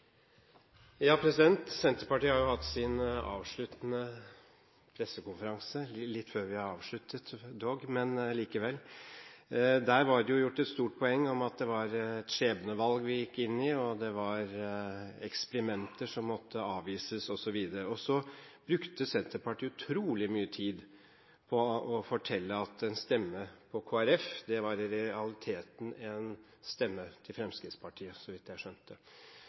Senterpartiet har jo hatt sin avsluttende pressekonferanse – dog litt før vi har avsluttet, men likevel. Der ble det gjort et stort poeng av at vi gikk inn i et skjebnevalg, at det var eksperimenter som måtte avvises osv. Og så brukte Senterpartiet utrolig mye tid på å fortelle at en stemme til Kristelig Folkeparti i realiteten var en stemme til Fremskrittspartiet, så vidt jeg skjønte. Så mitt spørsmål til Brekk må da være: Er det